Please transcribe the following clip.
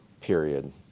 period